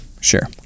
Sure